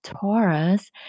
Taurus